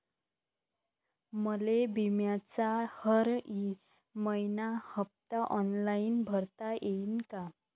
मले बिम्याचा हर मइन्याचा हप्ता ऑनलाईन भरता यीन का?